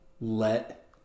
let